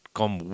come